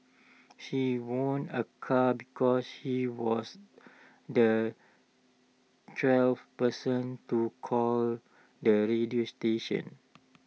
she won A car because she was the twelve person to call the radio station